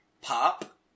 pop